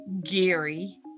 Gary